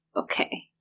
okay